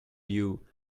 you